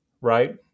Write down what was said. right